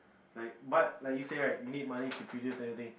like but like you say right you need money to produce everything